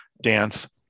dance